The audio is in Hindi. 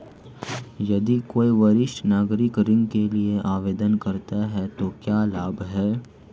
यदि कोई वरिष्ठ नागरिक ऋण के लिए आवेदन करता है तो क्या लाभ हैं?